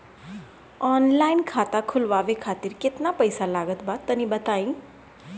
Online खाता खूलवावे खातिर केतना पईसा लागत बा तनि बताईं?